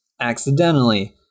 accidentally